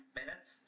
minutes